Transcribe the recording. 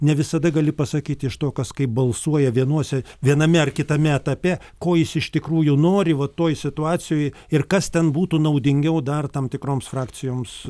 ne visada gali pasakyti iš to kas kaip balsuoja vienuose viename ar kitame etape ko jis iš tikrųjų nori va toj situacijoj ir kas ten būtų naudingiau dar tam tikroms frakcijoms